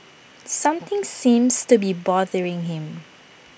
something seems to be bothering him